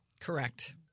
Correct